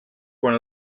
quan